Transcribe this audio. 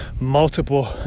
multiple